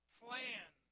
plan